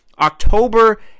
October